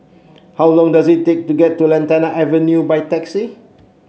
how long does it take to get to Lantana Avenue by taxi